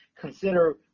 Consider